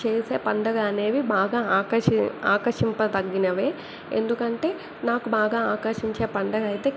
చేసే పండగ అనేవి బాగా ఆకర్ష ఆకర్షింపదగినవే ఎందుకంటే నాకు బాగా ఆకర్షించే పండగ అయితే